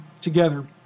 together